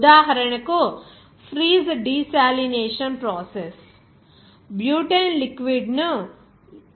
ఉదాహరణకు freeze desalination process